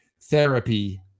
Therapy